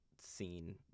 scene